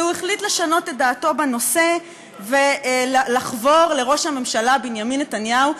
והוא החליט לשנות את דעתו בנושא ולחבור לראש הממשלה בנימין נתניהו,